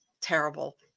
terrible